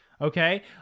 okay